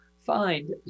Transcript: find